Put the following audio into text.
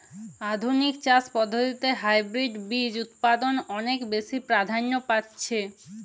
আধুনিক চাষ পদ্ধতিতে হাইব্রিড বীজ উৎপাদন অনেক বেশী প্রাধান্য পাচ্ছে